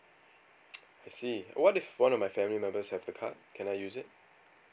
I see what if one of my family members have the card can I use it